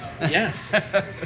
yes